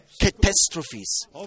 catastrophes